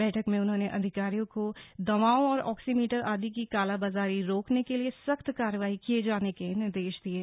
बैठक में उन्होने अधिकारियों को दवाओं और ऑक्सीमीटर आदि की कालाबाजारी रोकने के लिए सख्त कार्रवाई किए जाने के निर्देश दिए हैं